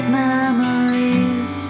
memories